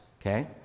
Okay